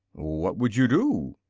what would you do?